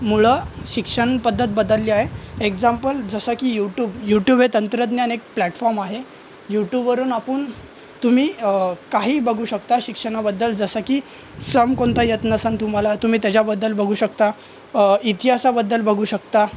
मुळं शिक्षण पद्धत बदलली आहे एक्झामपल जसं की यूटूब यूट्यूब हे तंत्रज्ञान एक प्लॅटफॉर्म आहे यूटूब वरून आपण तुम्ही काही बघू शकता शिक्षणाबद्दल जसं की सम कोणता येत नसंन तुम्हाला तुम्ही त्याच्याबद्दल बघू शकता इतिहासाबद्दल बघू शकता